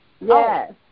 Yes